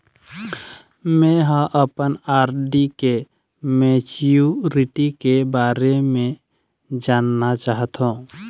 में ह अपन आर.डी के मैच्युरिटी के बारे में जानना चाहथों